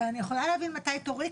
אני יכולה להבין מתי תורי?